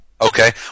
Okay